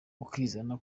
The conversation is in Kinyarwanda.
ukizana